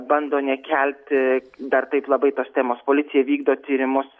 bando nekelti dar taip labai tos temos policija vykdo tyrimus